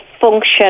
function